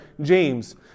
James